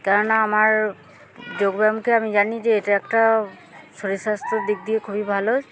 কেন না আমার যোগ ব্যায়ামকে আমি জানি যে এটা একটা শরীর স্বাস্থ্যর দিক দিয়ে খুবই ভালো